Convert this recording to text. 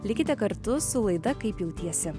likite kartu su laida kaip jautiesi